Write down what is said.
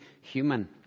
human